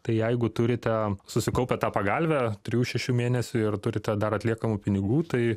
tai jeigu turite susikaupę tą pagalvę trijų šešių mėnesių ir turite dar atliekamų pinigų tai